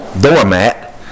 doormat